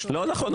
לא נכון,